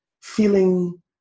feeling